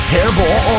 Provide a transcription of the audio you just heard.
Hairball